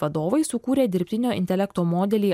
vadovai sukūrė dirbtinio intelekto modelį